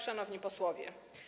Szanowni Posłowie!